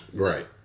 Right